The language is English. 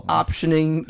optioning